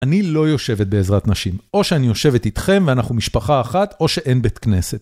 אני לא יושבת בעזרת נשים, או שאני יושבת איתכם ואנחנו משפחה אחת, או שאין בית כנסת.